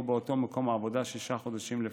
באותו מקום עבודה שישה חודשים לפחות.